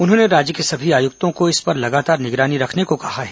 उन्होंने राज्य के सभी आयुक्तों को इस पर लगातार निगरानी रखने को कहा है